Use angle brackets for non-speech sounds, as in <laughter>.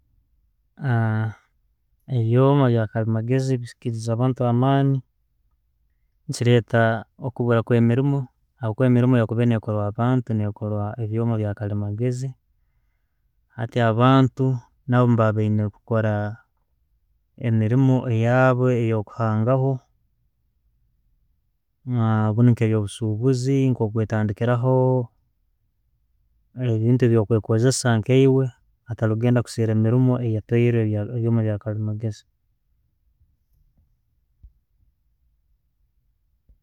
<hesitation> Ebyoma ebyakalimagezi bikirize abantu amani, nekireta okuburwa kwemirimu, habwokuba emirimu yakubaire nekorwa abantu nekorwa ebyoma ebya kalimagezi hati abantu nabo neba baina kukora emirimu eyabu eyo kuhangabo, <hesitation> obundi nke yo busubuzi, kwentandikiraho ebintu byokewekosesa nkaiwe atali genda kusera emirimu eyatweire ebyoma byakalimagezi.